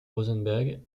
rosenberg